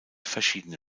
verschiedene